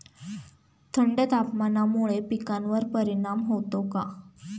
थंड तापमानामुळे पिकांवर परिणाम होतो का?